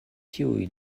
kiuj